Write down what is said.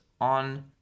on